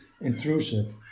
intrusive